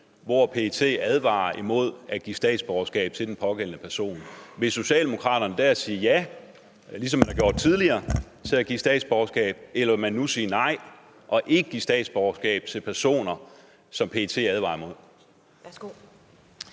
som PET advarer mod at give statsborgerskab til? Vil Socialdemokratiet der sige ja, ligesom man har gjort tidligere, til at give statsborgerskab, eller vil man nu sige nej og ikke give statsborgerskab til personer, som PET advarer imod?